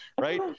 Right